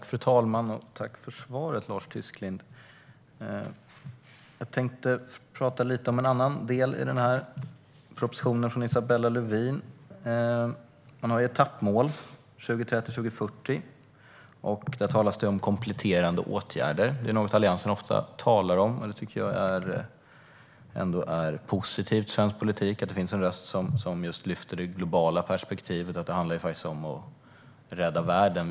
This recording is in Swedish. Fru talman! Tack för svaret, Lars Tysklind! Jag tänkte tala lite om en annan del i den här propositionen från Isabella Lövin. Man har etappmål 2030 och 2040, och där talas det om kompletterande åtgärder. Det är något som Alliansen ofta talar om, och jag tycker att det är positivt att det i svensk politik finns en röst som lyfter fram det globala perspektivet, alltså att det faktiskt handlar om att rädda världen.